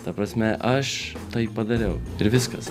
ta prasme aš tai padariau ir viskas